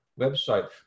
website